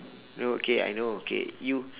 no okay I know okay you